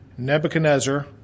Nebuchadnezzar